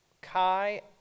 kai